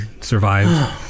survived